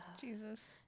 Jesus